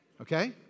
Okay